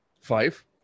Five